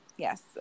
Yes